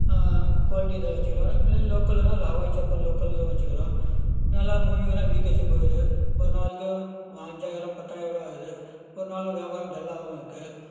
குவாலிட்டியில வச்சுக்குறோம் மில்லின் லோக்கல்னா ஹவாய் செப்பல் லோக்கல்தும் வச்சுக்குறோம் நல்லா மூவிங்குன்னா விகேசி போயிருது ஒரு நாளைக்கும் அஞ்சாயிரம் பத்தாயிரம் கூட ஆயிருது ஒரு நாளில் வியாபாரம் டல்லாகவும் இருக்கு